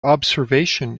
observation